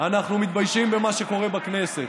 אנחנו מתביישים במה שקורה בכנסת.